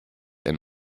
ein